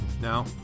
now